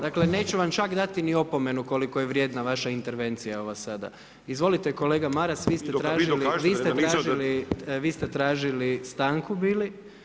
Dakle, neću vam čak dati ni opomenu koliko je vrijedna vaša intervencija ova sada, izvolite kolega Maras vi ste tražili stanku bili.